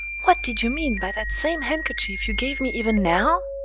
what did you mean by that same handkerchief you gave me even now?